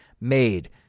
made